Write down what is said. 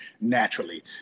naturally